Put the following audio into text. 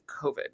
COVID